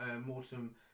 mortem